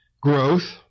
Growth